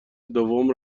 دوم